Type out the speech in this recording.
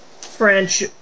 French